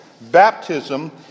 Baptism